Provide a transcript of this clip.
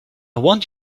want